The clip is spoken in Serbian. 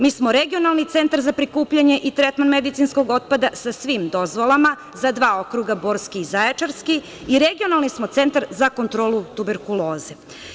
Mi smo regionalni centar za prikupljanje i tretman medicinskog otpada sa svim dozvolama, za dva okruga, Borski i Zaječarski i regionalni smo centar za kontrolu tuberkuloze.